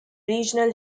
regional